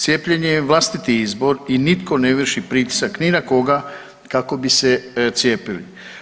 Cijepljenje je vlastiti izbor i nitko ne vrši pritisak ni na koga kako bi se cijepili.